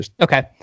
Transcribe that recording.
Okay